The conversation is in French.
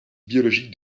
biologique